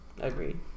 Agreed